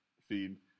feed